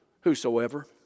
Whosoever